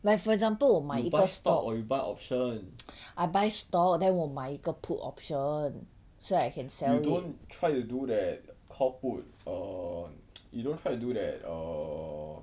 you buy stock or you buy option you don't try to do that call put on you don't try to do that err